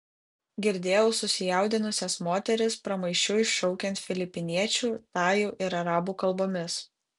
girdėjau susijaudinusias moteris pramaišiui šaukiant filipiniečių tajų ir arabų kalbomis